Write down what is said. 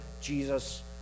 Jesus